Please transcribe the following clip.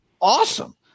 awesome